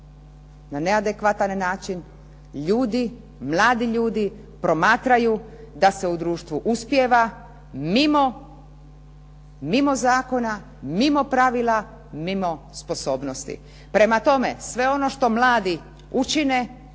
na neadekvatan način ljudi, mladi ljudi, promatraju da se u društvu uspijeva mimo zakona, mimo pravila, mimo sposobnosti. Prema tome, sve ono što mladi učine,